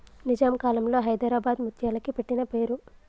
నిజాం కాలంలో హైదరాబాద్ ముత్యాలకి పెట్టిన పేరు